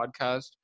podcast